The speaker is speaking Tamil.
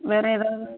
வேறு ஏதாவது